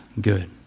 good